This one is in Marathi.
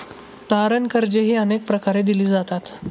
तारण कर्जेही अनेक प्रकारे दिली जातात